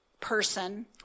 person